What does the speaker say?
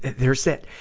there's that,